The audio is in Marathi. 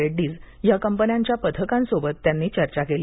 रेड्डीज या कंपन्यांच्या पथकांसोबत त्यांनी चर्चा केली